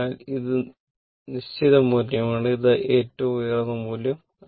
അതിനാൽ ഇത് നിശ്ചിത മൂല്യമാണ് ഇതാണ് ഏറ്റവും ഉയർന്ന മൂല്യം